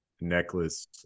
necklace